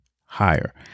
higher